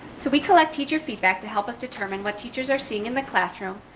so we collect teacher feedback to help us determine what teachers are seeing in the classroom.